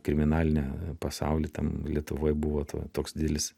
kriminalinę pasaulį ten lietuvoj buvo to toks didelis